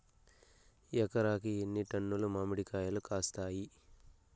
ఎకరాకి ఎన్ని టన్నులు మామిడి కాయలు కాస్తాయి?